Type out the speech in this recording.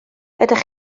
ydych